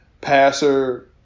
passer